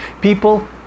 people